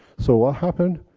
so ah happened,